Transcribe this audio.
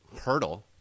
hurdle